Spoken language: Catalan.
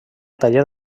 tallat